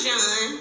John